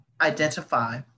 identify